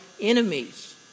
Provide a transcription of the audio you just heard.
enemies